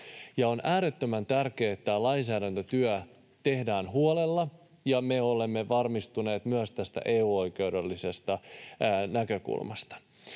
On äärettömän tärkeää, että tämä lainsäädäntötyö tehdään huolella ja me olemme varmistuneet myös tästä EU-oikeudellisesta näkökulmasta.